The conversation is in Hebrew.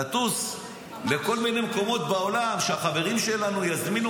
נטוס לכל מיני מקומות בעולם שהחברים שלנו יזמינו